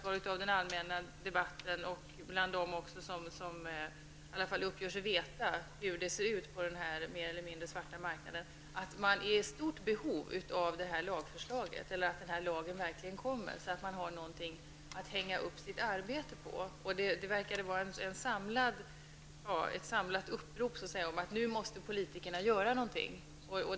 Av den allmänna debatten och av den som uppger sig veta hur det ser ut på denna mer eller mindre svarta marknad uppfattar jag att man är i stort behov av en lag, så att man har något att hänga upp sitt arbete på. Det verkar vara ett samlat upprop om att politikerna nu måste göra något.